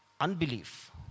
unbelief